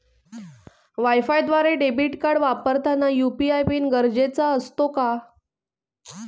वायफायद्वारे debit card वापरताना UPI PIN गरजेचा असतो का?